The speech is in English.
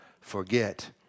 forget